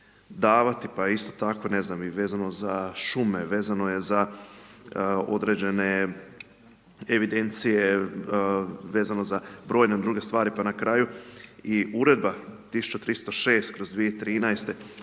davati pa isto tako ne znam i vezano za šume, vezano je i za određene evidencije, vezano za brojne druge stvari, pa na kraju i Uredba 1306/2013,